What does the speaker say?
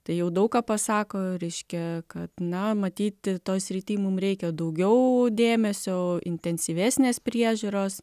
tai jau daug ką pasako reiškia kad na matyti toj srity mum reikia daugiau dėmesio intensyvesnės priežiūros